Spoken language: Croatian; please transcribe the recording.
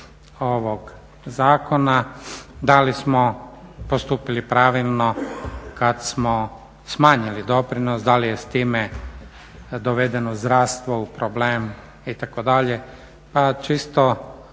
ovog zakona da li smo postupili pravilno kad smo smanjili doprinos, da li je s time dovedeno zdravstvo u problem itd. pa čisto